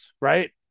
Right